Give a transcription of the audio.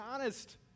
honest